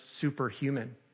superhuman